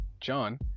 John